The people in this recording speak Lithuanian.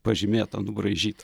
pažymėta nubraižyt